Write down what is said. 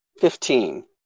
Fifteen